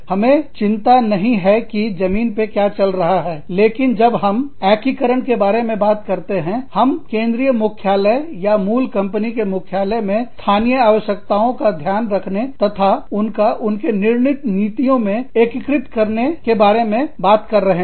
हमें चिंता नहीं है कि जमीन पर क्या चल रहा है लेकिन जब हम एकीकरणintegration के बारे में बात करते हैं हम केंद्रीय मुख्यालय या मूल कंपनी के मुख्यालय मे स्थानीय आवश्यकताओं का ध्यान रखने तथा उनका उनके निर्णीत नीतियों में एकीकृत करने के बारे में बात कर रहे हैं